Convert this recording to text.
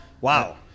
Wow